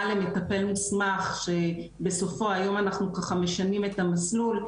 למטפל מוסמך שבסופו היום אנחנו ככה משנים את המסלול,